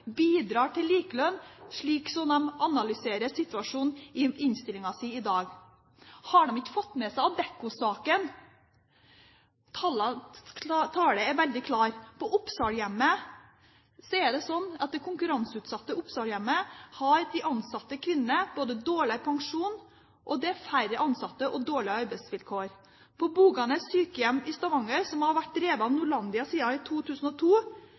bidrar til likelønn, slik som de analyserer situasjonen i innstillingen i dag. Har de ikke fått med seg Adecco-saken? Tallenes tale er veldig klar: På det konkurranseutsatte Oppsalhjemmet er det sånn at de ansatte kvinnene har dårligere pensjon, det er færre ansatte og dårligere arbeidsvilkår. På Boganes sykehjem i Stavanger, som har vært drevet av Norlandia siden 2002, er det like mange klager som det er på resten av de 16 sykehjemmene i